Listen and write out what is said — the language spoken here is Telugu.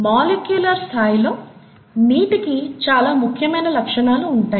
మాలిక్యూలర్ స్థాయిలో నీటికి చాలా ముఖ్యమైన లక్షణాలు ఉంటాయి